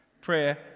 Prayer